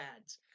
ads